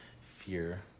fear